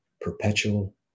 perpetual